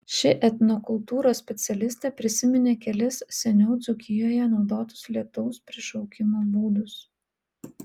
ši etnokultūros specialistė prisiminė kelis seniau dzūkijoje naudotus lietaus prišaukimo būdus